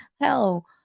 Hell